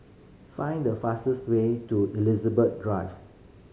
find the fastest way to Elizabeth Drive